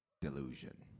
delusion